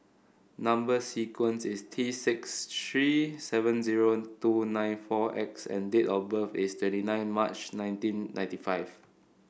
number sequence is T six three seven zero two nine four X and date of birth is twenty nine March nineteen ninety five